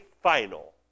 final